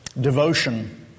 devotion